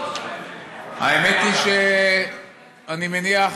האמת היא שאני מניח